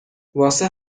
واسه